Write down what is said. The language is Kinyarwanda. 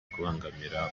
kubangamira